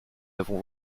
avons